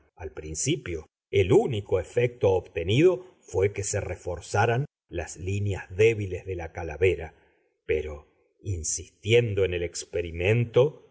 al principio el único efecto obtenido fué que se reforzaran las líneas débiles de la calavera pero insistiendo en el experimento